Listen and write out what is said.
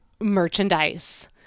merchandise